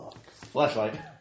Flashlight